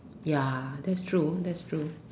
ya that's true that's true